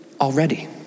already